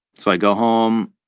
so i go home,